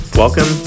Welcome